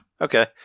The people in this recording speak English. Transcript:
okay